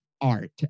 art